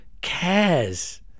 cares